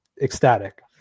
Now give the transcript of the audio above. ecstatic